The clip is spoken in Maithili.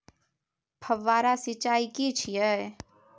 फव्वारा सिंचाई की छिये?